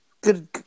Good